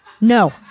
No